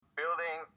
building